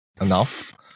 enough